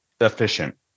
efficient